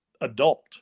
adult